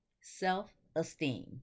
Self-esteem